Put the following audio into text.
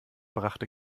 brachte